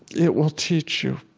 it will teach you.